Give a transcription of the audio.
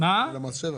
גם על מס שבח?